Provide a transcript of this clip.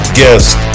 guest